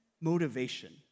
motivation